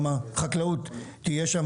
גם החקלאות תהיה שם,